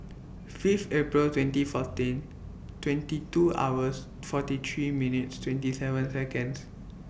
Fifth April twenty fourteen twenty two hours forty three minutes twenty seven Seconds